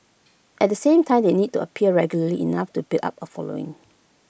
at the same time they need to appear regularly enough to build up A following